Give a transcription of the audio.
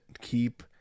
keep